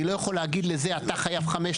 אני לא יכול להגיד לזה אתה חייב 5,000,